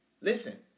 listen